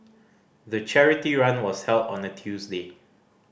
the charity run was held on a Tuesday